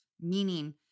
Meaning